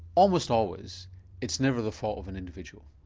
almost always it's never the fault of an individual,